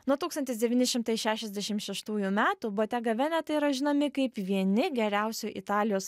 nuo tūkstantis devyni šimtai šešiasdešim šeštųjų metų botega veneta yra žinomi kaip vieni geriausių italijos